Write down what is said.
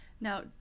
Now